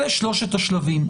אלה שלושת השלבים.